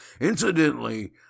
Incidentally